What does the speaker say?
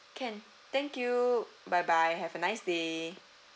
can thank you bye bye have a nice day